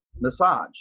massage